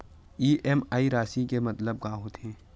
EMI राशि के मतलब का होथे?